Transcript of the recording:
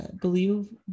believe